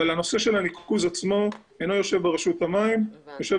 הנושא של הניקוז עצמו לא יושב ברשות המים אלא יושב